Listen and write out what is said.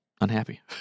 unhappy